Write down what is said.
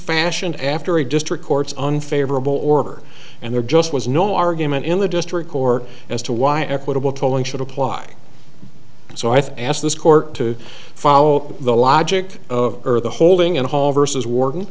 fashioned after a district court's unfavorable order and there just was no argument in the district court as to why equitable tolling should apply so i've asked this court to follow the logic of earth the holding and all versus war